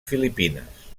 filipines